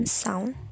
sound